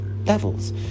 levels